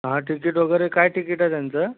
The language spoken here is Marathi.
हा तिकीट वगैरे काय तिकीट आहे त्यांचं